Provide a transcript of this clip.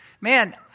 Man